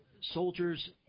Soldiers